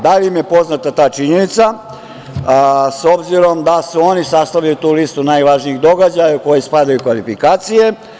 Da li im je poznata ta činjenica, s obzirom da su oni sastavili tu lisu najvažnijih događaja u kojoj spadaju kvalifikacije.